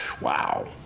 Wow